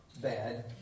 bad